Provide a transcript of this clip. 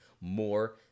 more